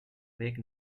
bec